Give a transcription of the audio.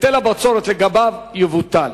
היטל הבצורת, לגביו, יבוטל.